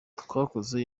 twakoze